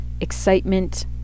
excitement